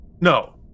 No